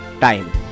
time